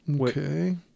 okay